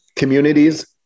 communities